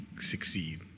succeed